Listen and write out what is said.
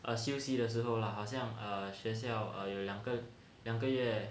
ah 休息的时候 lah 好像 err 学校 err 有两个两个月